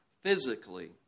physically